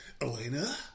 Elena